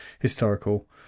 historical